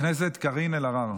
חברת הכנסת קארין אלהרר.